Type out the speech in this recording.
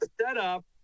setup